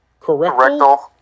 Correctal